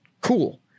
Cool